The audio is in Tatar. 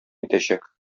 итәчәк